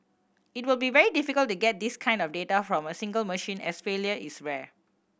it would be very difficult to get this kind of data from a single machine as failure is rare